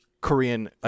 Korean